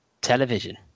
television